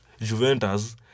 Juventus